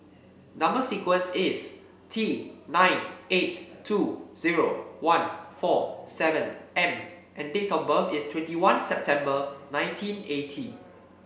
number sequence is T nine eight two zero one four seven M and date of birth is twenty one September nineteen eighty